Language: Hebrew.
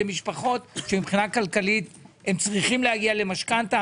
משפחות שכלכלית צריכים להגיע למשכנתא.